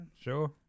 sure